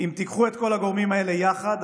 אם תיקחו את כל הגורמים האלה יחד,